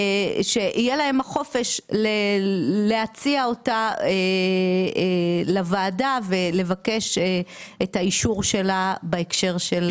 שיהיה להם החופש להציע אותה לוועדה ולבקש את האישור שלה בהקשר הזה.